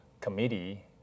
committee